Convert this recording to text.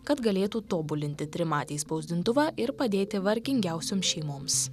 kad galėtų tobulinti trimatį spausdintuvą ir padėti vargingiausioms šeimoms